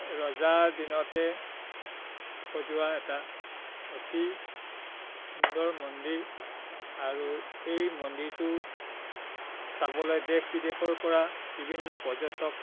ৰজাৰ দিনতে সজোৱা এটা অতি সুন্দৰ মন্দিৰ আৰু সেই মন্দিৰটো চাবলৈ দেশ বিদেশৰ পৰা বিভিন্ন পৰ্যটক